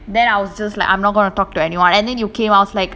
then I was just like I'm not going to talk to anyone and then you came I was like